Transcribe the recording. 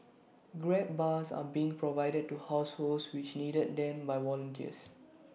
grab bars are being provided to households which needed them by volunteers